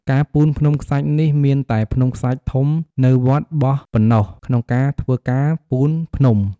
ការពូនភ្នំខ្សាច់នេះ មានតែភ្នំខ្សាច់ធំនៅវត្តបោះប៉ុណ្ណោះក្នុងការធ្វើការពូនភ្នំ។